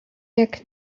jak